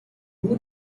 who